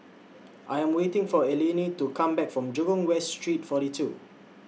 I Am waiting For Eleni to Come Back from Jurong West Street forty two